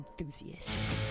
enthusiast